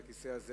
על הכיסא הזה,